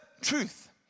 truth